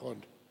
נכון.